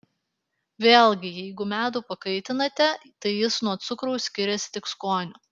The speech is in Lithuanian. vėlgi jeigu medų pakaitinate tai jis nuo cukraus skiriasi tik skoniu